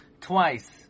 twice